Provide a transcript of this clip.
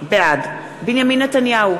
בעד בנימין נתניהו,